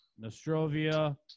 Nostrovia